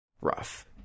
rough